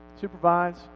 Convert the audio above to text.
Supervise